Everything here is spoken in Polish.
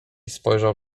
spojrzał